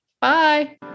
Bye